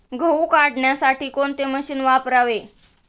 गहू काढण्यासाठी कोणते मशीन वापरावे?